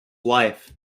wife